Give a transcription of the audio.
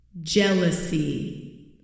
jealousy